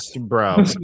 bro